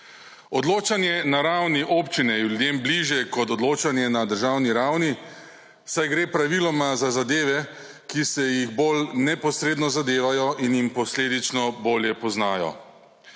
Odločanje na ravni občine je ljudem bližje kot odločanje na državni ravni, saj gre praviloma za zadeve, ki se jih bolj neposredno zadevajo in jim posledično bolje poznajo,